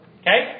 okay